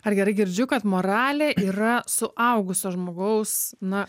ar gerai girdžiu kad moralė yra suaugusio žmogaus na